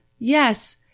Yes